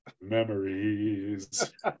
Memories